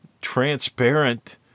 transparent